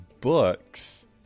books